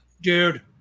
Dude